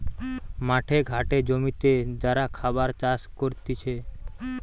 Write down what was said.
মাঠে ঘাটে জমিতে যারা খাবার চাষ করতিছে